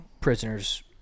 prisoners